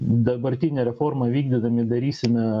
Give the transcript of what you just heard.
dabartinę reformą vykdydami darysime